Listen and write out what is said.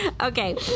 Okay